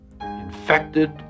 infected